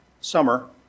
summer